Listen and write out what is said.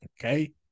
okay